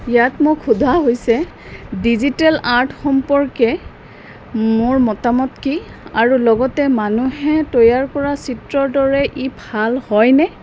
ইয়াত মোক সোধা হৈছে ডিজিটেল আৰ্ট সম্পৰ্কে মোৰ মতামত কি আৰু লগতে মানুহে তৈয়াৰ কৰা চিত্ৰৰ দৰে ই ভাল হয়নে